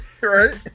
Right